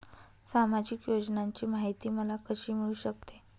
सामाजिक योजनांची माहिती मला कशी मिळू शकते?